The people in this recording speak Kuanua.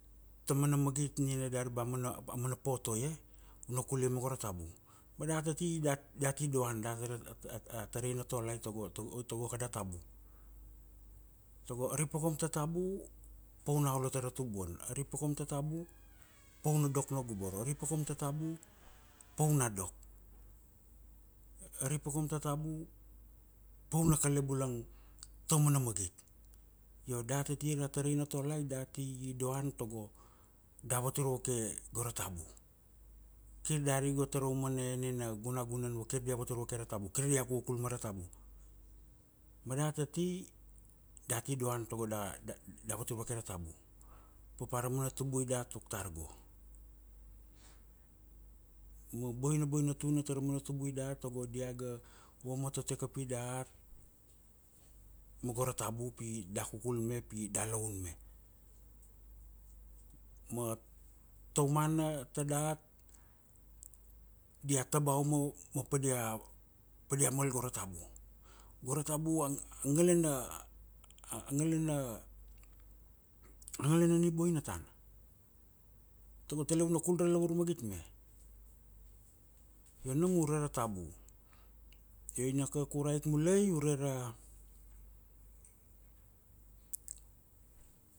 tamana magit nina dari ba amana potoi e? Una kulia ma go ra tabu. Ma da ga ti doan. Dat tarai na tolai tago, tago, tago kada tabu. Tago ari pa kaum ta tabu, pa una olo tara tubuan. Ari pa kaum ta tabu, pau na dok na guboro. Ari pa kaum ta tabu, pau na dok. Ari pa kaum ta tabu, pau na kale bulang, taumana magit. Io dat ati ra tarai na tolai, da ti doan tago, da vatur vake, go ra tabu. Kir dari go taraumana enena gunagunan vakir dia vatur vake ra tabu. Kir dia kukul mara tabu. Ma dat ati da tidoan tago da, da, da vatur vake ra tabu. Papa ra mana tubui dat tuk tar go. Ma boina boina tuna tara mana tubui dat tago diaga vamatote kapi dat, ma go ra tabu pi da kukul me pi da laun me. Ma taumana tadat dia tabauma ma padia, padia mal go ra tabu. Go ra tabu ang, a ngalana, a nglana, a ngalana ni boina tana. Tago tele una kul ra lavur magit me. Io nam ure ra tabu. Io ina ka kuraik mulai ure ra.